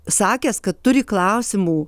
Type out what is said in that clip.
sakęs kad turi klausimų